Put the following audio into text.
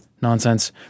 nonsense